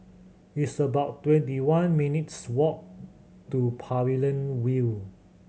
it's about twenty one minutes' walk to Pavilion View